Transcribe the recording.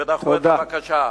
ודחו את הבקשה.